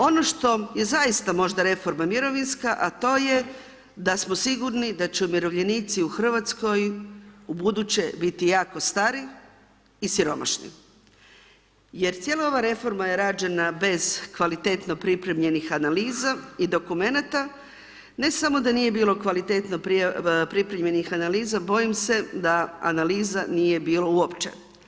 Ono što je zaista možda reforma mirovinska, a to je da smo sigurni da će umirovljenici u Hrvatskoj ubuduće biti jako stari i siromašni, jer cijela ova reforma je rađena bez kvalitetno pripremljenih analiza i dokumenata, ne samo da nije bilo kvalitetno pripremljenih analiza, bojim se da analiza nije bilo uopće.